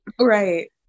Right